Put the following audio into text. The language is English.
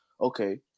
okay